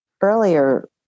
Earlier